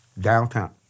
downtown